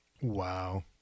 Wow